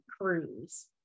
cruise